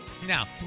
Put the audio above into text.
Now